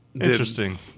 Interesting